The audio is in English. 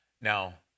Now